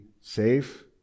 safe